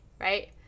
right